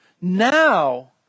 Now